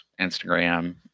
Instagram